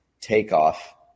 takeoff